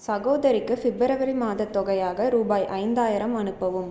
சகோதரிக்கு ஃபிப்ரவரி மாதத் தொகையாக ருபாய் ஐந்தாயிரம் அனுப்பவும்